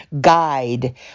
guide